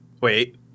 Wait